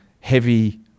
heavy